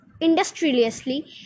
industriously